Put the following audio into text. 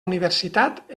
universitat